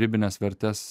ribines vertes